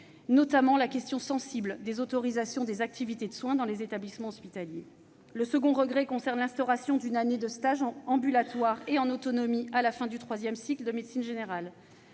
notamment, de la question sensible des autorisations des activités de soins dans les établissements hospitaliers. Mon second regret a trait à l'instauration d'une année de stage en ambulatoire et en autonomie à la fin du troisième cycle de médecine générale.